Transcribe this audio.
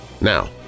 Now